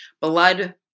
blood